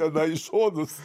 tenai į šonus